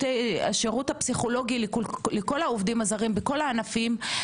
הפסיכולוגי לכל העובדים הזרים בכל הענפים,